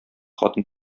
хатын